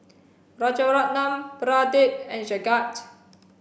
Rrajaratnam Pradip and Jagat